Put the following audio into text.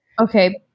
okay